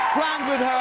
planned with